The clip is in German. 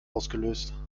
ausgelöst